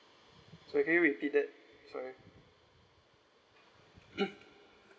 sorry can you repeat that sorry